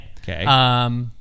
Okay